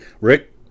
Rick